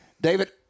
David